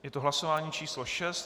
Je to hlasování číslo 6.